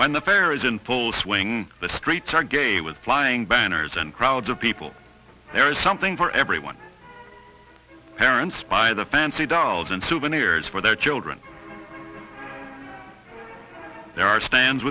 the fair is in full swing the streets are gay with flying banners and crowds of people there is something for everyone parents by the fancy dolls and souvenirs for their children there are stands